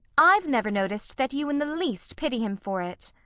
i've never noticed that you in the least pity him for it!